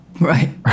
Right